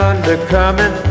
Undercoming